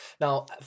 Now